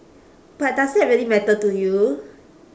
but does that really matter to you